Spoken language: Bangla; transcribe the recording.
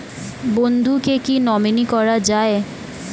বন্ধুকে কী নমিনি করা যায়?